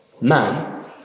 man